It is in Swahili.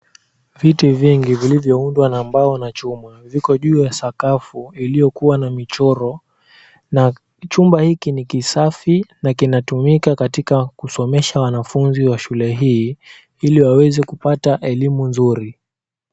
Viti vingi vilivyoundwa na mbao na chuma, viko juu ya sakafu iliyokuwa na michoro, na chumba hiki ni kisafi na kinatumika katika kusomesha wanafunzi wa shule hii ili waweze kupata elimu nzuri.